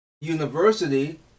University